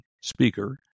speaker